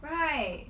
right